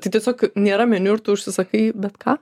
tai tiesiog nėra meniu ir tu užsisakai bet ką